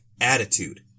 attitude